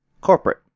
corporate